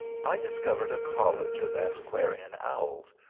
i discovered a college of antiquarian owls,